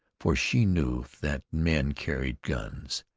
for she knew that men carried guns.